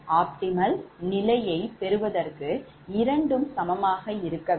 ஆனால் optimal நிலையைப் பெறுவதற்கு இரண்டும் சமமாக இருக்க வேண்டும்